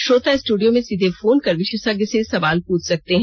श्रोता स्टूडियो में सीधे फोन कर विशेषज्ञ से सवाल पूछ सकते हैं